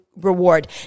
reward